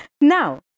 Now